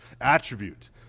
attribute